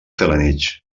felanitx